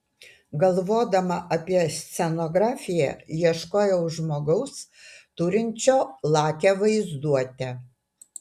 galvodama apie scenografiją ieškojau žmogaus turinčio lakią vaizduotę